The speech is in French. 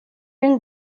une